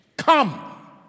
Come